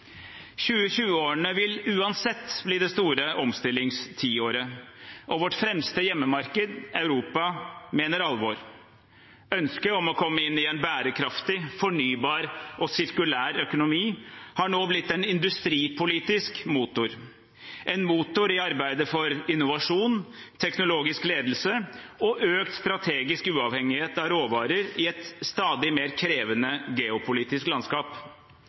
vil uansett bli det store omstillingstiåret, og vårt fremste hjemmemarked, Europa, mener alvor. Ønsket om å komme inn i en bærekraftig, fornybar og sirkulær økonomi har nå blitt en industripolitisk motor, en motor i arbeidet for innovasjon, teknologisk ledelse og økt strategisk uavhengighet av råvarer i et stadig mer krevende geopolitisk landskap.